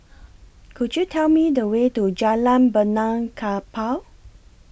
Could YOU Tell Me The Way to Jalan Benaan Kapal